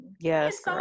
yes